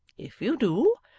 if you do,